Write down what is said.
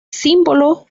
símbolo